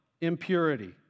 impurity